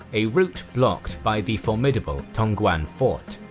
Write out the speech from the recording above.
a route blocked by the formidable tongguan fort.